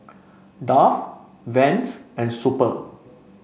Dove Vans and Super